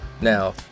Now